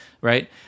right